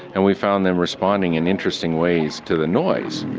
and we found them responding in interesting ways to the noise,